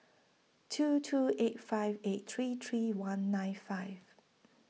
two two eight five eight three three one nine five